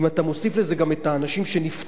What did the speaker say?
אם אתה מוסיף לזה גם את האנשים שנפצעים,